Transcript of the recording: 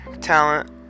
talent